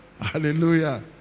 Hallelujah